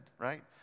right